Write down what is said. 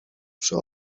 przy